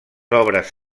obres